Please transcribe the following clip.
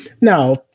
now